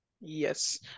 Yes